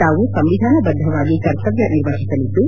ತಾವು ಸಂವಿಧಾನ ಬದ್ಧವಾಗಿ ಕರ್ತವ್ಯ ನಿರ್ಮಹಿಸಲಿದ್ದು